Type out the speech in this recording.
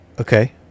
Okay